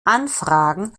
anfragen